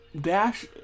Dash